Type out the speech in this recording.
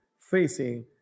facing